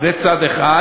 זה צד אחד.